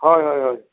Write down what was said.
হয় হয় হয়